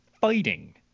fighting